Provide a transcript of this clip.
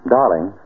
Darling